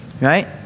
right